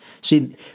See